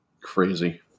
Crazy